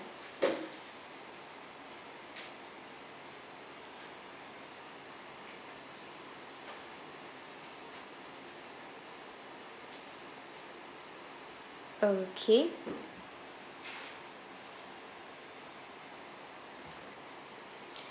okay